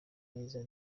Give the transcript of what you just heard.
beza